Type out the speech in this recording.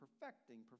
perfecting